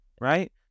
right